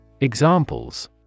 Examples